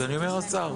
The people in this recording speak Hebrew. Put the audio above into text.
אז אני אומר השר.